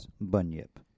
Bunyip